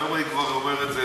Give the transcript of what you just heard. והיום אני כבר אומר את זה,